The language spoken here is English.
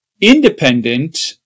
independent